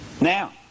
Now